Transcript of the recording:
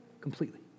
completely